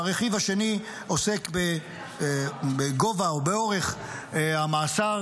הרכיב השני עוסק בגובה או באורך המאסר,